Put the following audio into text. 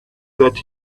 that